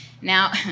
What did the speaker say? Now